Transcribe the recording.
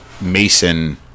Mason